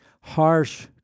harsh